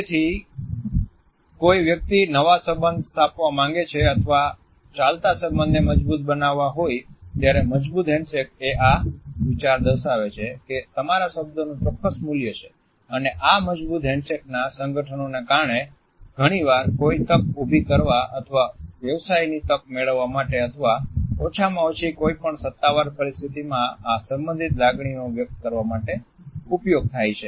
તેથી કોઈ વ્યક્તિ નવા સંબંધ સ્થાપવા માંગે છે અથવા ચાલતા સંબંધને મજબૂત બનવવા હોય ત્યારે 'મજબુત હેન્ડશેક' એ આ વિચાર દર્શાવે છે કે તમારા શબ્દનું ચોક્કસ મૂલ્ય છે અને આ મજબૂત હેન્ડશેકના સંગઠનોને કારણે ઘણીવાર કોઈ તક ઉભી કરવા અથવા વ્યવસાયની તક મેળવવા માટે અથવા ઓછામાં ઓછી કોઈ પણ સત્તાવાર પરિસ્થતિમાં આ સંબંધિત લાગણીઓ વ્યક્ત કરવા માટે ઉપયોગ થાય છે